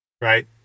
right